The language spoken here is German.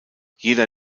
jeder